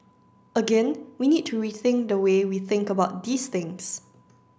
again we need to rethink the way we think about these things